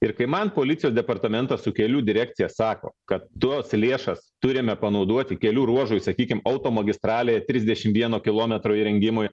ir kai man policijos departamentas su kelių direkcija sako kad tos lėšas turime panaudoti kelių ruožų sakykime automagistralėje trisdešimt vieno kilometro įrengimui